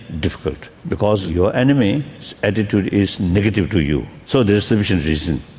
difficult, because your enemy's attitude is negative to you, so there's sufficient reason.